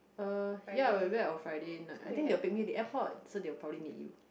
uh ya we went on Friday night I think they will pick me at the airport so they will probably meet you